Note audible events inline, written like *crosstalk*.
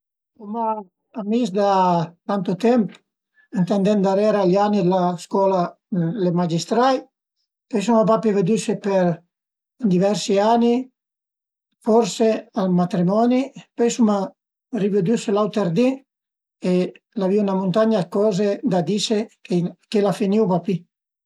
Ël meis pasà sun andait ën Ligüria, ai tribülà a arivé perché ën mes a le muntagne *noise* ch'ai düvü traversé a i era la nebia basa e savìu pa ëndua andazìu, suma stait ën pruvincia d'Imperia, a Albissola, Noli e Borgio Verezzi, ën la matinà fazìu cuat pas s'ël pais ch'al e vizin al mar e pöi dopu andazìu vëddi la part pi veia di pais